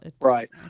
right